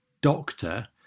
doctor